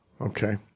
okay